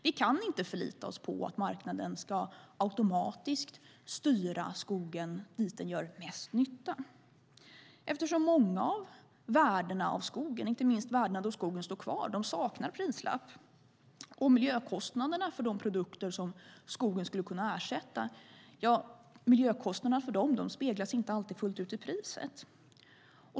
Vi kan inte förlita oss på att marknaden automatiskt ska styra skogen dit där den gör mest nytta. Många av skogens värden, inte minst värdet då skogen står kvar, saknar prislapp, och miljökostnaderna för de produkter som skogen skulle kunna ersätta speglas inte alltid fullt ut i priset.